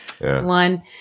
one